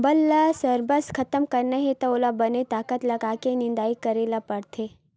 बन ल सरबस खतम करना हे त ओला बने ताकत लगाके निंदई करे ल परथे